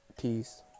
Peace